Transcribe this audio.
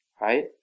Right